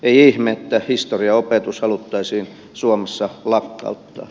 ei ihme että historian opetus haluttaisiin suomessa lakkauttaa